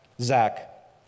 Zach